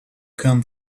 come